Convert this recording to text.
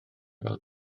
fel